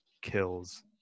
kills